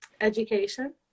education